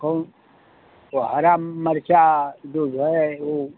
कौन वो हरा मरचा जो है वो